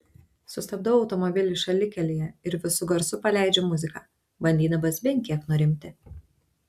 sustabdau automobilį šalikelėje ir visu garsu paleidžiu muziką bandydamas bent kiek nurimti